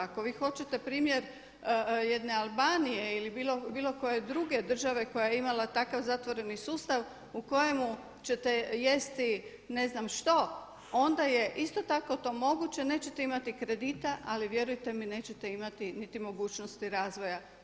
Ako vi hoćete primjer jedne Albanije ili bilo koje druge države koja je imala takav zatvoreni sustav u kojemu ćete jesti ne znam što, onda je isto tako to moguće, nećete imati kredita ali vjerujte mi nećete imati niti mogućnosti razvoja.